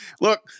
Look